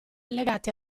legati